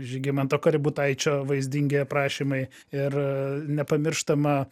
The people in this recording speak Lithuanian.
žygimanto kaributaičio vaizdingi aprašymai ir nepamirštama